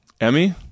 emmy